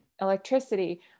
electricity